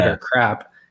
crap